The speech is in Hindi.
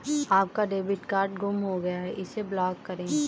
आपका डेबिट कार्ड गुम हो गया है इसे ब्लॉक करें